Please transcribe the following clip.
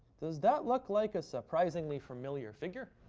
does that look like a surprisingly familiar figure?